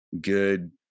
good